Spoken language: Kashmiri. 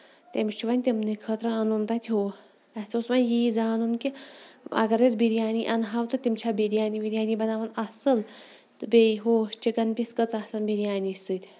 تٔمِس چھُ وۄنۍ تِمنٕے خٲطرٕ اَنُن تَتہِ ہُہ اَسہِ اوس وۄنۍ یی رانُن کہِ اَگر أسۍ بِریانی اَنہاو تہٕ تِم چھا بِریانی وِریانی بَناوان اَصٕل تہٕ بیٚیہِ ہُہ چِکن پیٖس کٔژ آسان بِریانی سۭتۍ